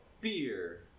beer